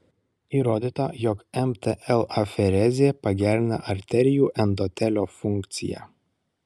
įrodyta jog mtl aferezė pagerina arterijų endotelio funkciją